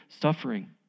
suffering